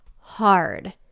hard